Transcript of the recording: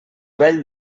vell